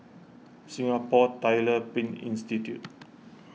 Singapore Tyler Print Institute